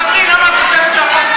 תדברי למה החוק הוא טוב.